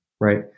right